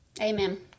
Amen